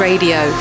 Radio